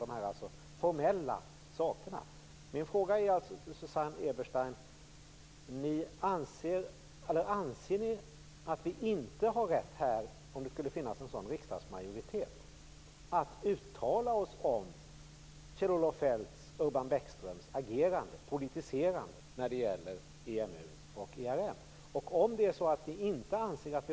Min fråga till Susanne Eberstein är alltså följande: Anser ni att en riksdagsmajoritet inte har rätt att uttal sig om Kjell Olof Feldts och Urban Bäckströms agerande - politiserande - när det gäller EMU och ERM?